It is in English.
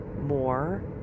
more